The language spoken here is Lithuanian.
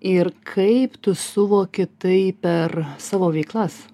ir kaip tu suvoki tai per savo veiklas